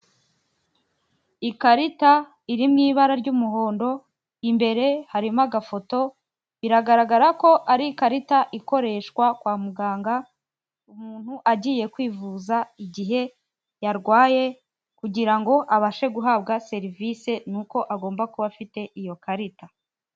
Ikarita iri mu ibara ry'umuhondo, imbere harimo agafoto, biragaragara ko ari ikarita ikoreshwa kwa muganga, umuntu agiye kwivuza igihe yarwaye, kugira ngo abashe guhabwa serivisi nuko agomba kuba afite iyo karita.